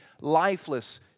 lifeless